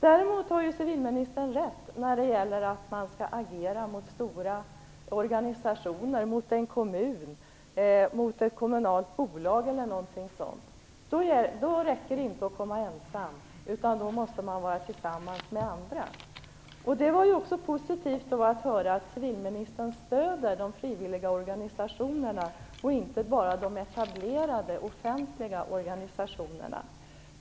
Däremot har civilministern rätt i att när man skall agera mot stora organisationer, mot en kommun, mot ett kommunalt bolag eller något sådant räcker det inte att komma ensam, utan då måste man gå fram tillsammans med andra. Det var därför positivt att höra att civilministern stödjer de frivilliga organisationerna, inte bara de etablerade offentliga organisationerna.